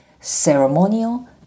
ceremonial